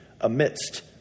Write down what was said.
amidst